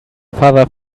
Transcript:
father